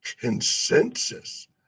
consensus